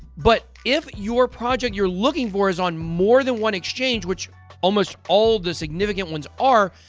but if your project you're looking for is on more than one exchange, which almost all the significant ones are,